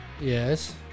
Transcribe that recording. Yes